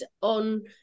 on